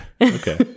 Okay